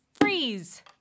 freeze